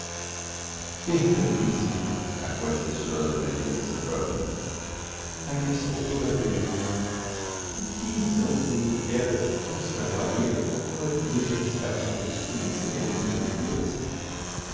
vê perdão principe accode pressurosa maria alexandrovna ainda estou toda a tremer com que então deu uma quéda não se magoaria não é prudente arriscar a sua pessoa em semelhantes aventuras